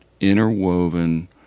interwoven